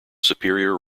superior